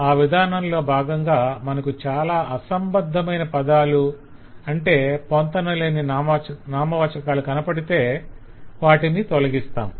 ఆ విధానంలో భాగంగా మనకు చాలా అసంబద్ధమైన పదాలు అంటే పొంతనలేని నామవాచకాలు కనపడితే వాటిని తొలగిస్తాం